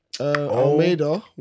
Almeida